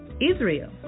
Israel